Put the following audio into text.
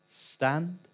Stand